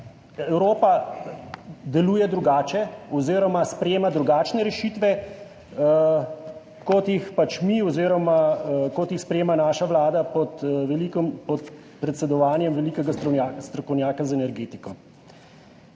Evropa deluje drugače oziroma sprejema drugačne rešitve kot jih pač mi oziroma kot jih sprejema naša vlada pod predsedovanjem velikega strokovnjaka za energetiko.